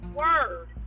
word